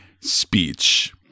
speech